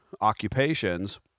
occupations